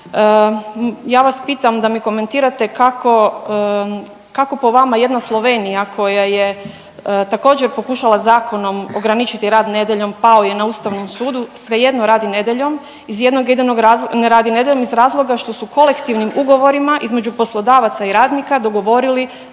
Ja vas pitam da mi komentirate kako, kako po vama jedna Slovenija koja je također pokušala zakonom ograničiti rad nedjeljom pao je na Ustavnom sudu, svejedno radi nedjeljom iz jednog jedinog, ne radi nedjeljom iz razloga što su kolektivnim ugovorima između poslodavaca i radnika dogovorili